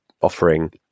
offering